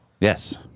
Yes